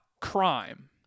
crime